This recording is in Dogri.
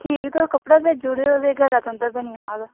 ठीक ऐ तुस कपड़ा कपड़ा भेजू उड़ेओ ते गला तुंदा बनी जाह्ग